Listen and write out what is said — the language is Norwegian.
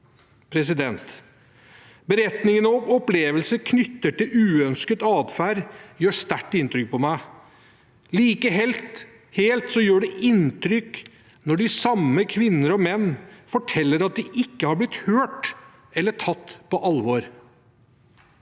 ned på. Beretninger om opplevelser knyttet til uønsket atferd gjør sterkt inntrykk på meg. Like mye gjør det inntrykk når de samme kvinner og menn forteller at de ikke har blitt hørt eller tatt på alvor.